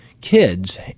kids